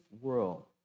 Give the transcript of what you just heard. world